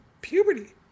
puberty